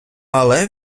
але